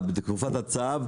בתקופת הצו,